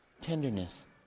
Tenderness